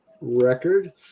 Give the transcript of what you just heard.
record